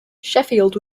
sheffield